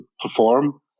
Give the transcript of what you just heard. perform